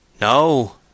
No